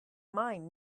mine